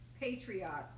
Patriot